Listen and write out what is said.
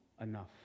Enough